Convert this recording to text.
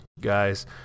guys